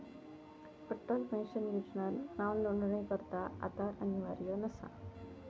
Atal pension योजनात नावनोंदणीकरता आधार अनिवार्य नसा